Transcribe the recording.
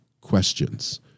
questions